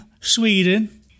Sweden